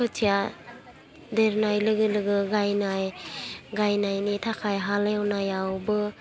खोथिया देरनाय लोगो लोगो गायनाय गायनायनि थाखाय हाल एवनायावबो